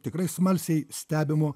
tikrai smalsiai stebimu